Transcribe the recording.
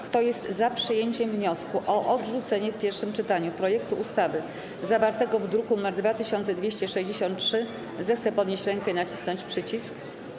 Kto jest za przyjęciem wniosku o odrzucenie w pierwszym czytaniu projektu ustawy zawartego w druku nr 2263, zechce podnieść rękę i nacisnąć przycisk.